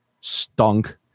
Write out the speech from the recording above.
stunk